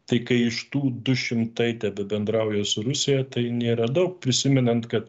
tai kai iš tų du šimtai tebebendrauja su rusija tai nėra daug prisimenant kad